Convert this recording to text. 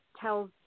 tells